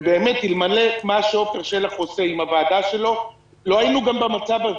באמת אלמלא מה שעפר שלח עושה עם הוועדה שלו לא היינו גם במצב הזה.